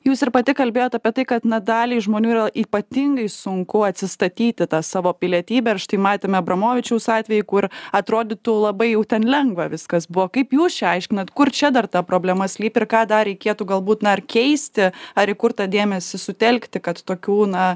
jūs ir pati kalbėjot apie tai kad na daliai žmonių yra ypatingai sunku atsistatyti tą savo pilietybę ar štai matėme abramovičiaus atvejį kur atrodytų labai jau ten lengva viskas buvo kaip jūs čia aiškinat kur čia dar ta problema slypi ir ką dar reikėtų galbūt na ir keisti ar į kur tą dėmesį sutelkti kad tokių na